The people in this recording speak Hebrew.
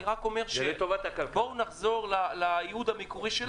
אני רק אומר שבואו נחזור לייעוד המקורי שלה.